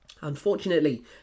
Unfortunately